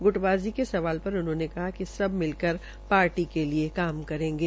गुटबाज़ी के सवाल पर उन्होंने कहा कि सब मिलकर सब मिलकर पार्टी के लिए करेंगे